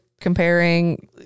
comparing